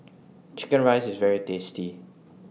Chicken Rice IS very tasty